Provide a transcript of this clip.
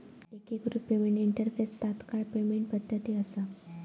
एकिकृत payment interface तात्काळ payment पद्धती असा